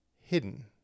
hidden